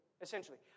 essentially